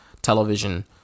television